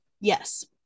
yes